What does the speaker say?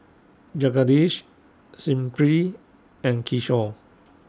Jagadish Smriti and Kishore